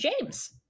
James